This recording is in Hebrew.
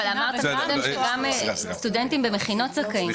אבל אמרתם שקודם שגם סטודנטים במכינות זכאים.